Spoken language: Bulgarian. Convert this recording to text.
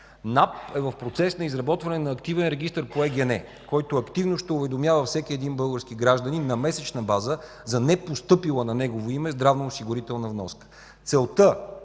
НАП е в процес на изработване на активен регистър по ЕГН, който активно ще уведомява всеки един български гражданин на месечна база за непостъпила на негово име здравноосигурителна вноска. Целта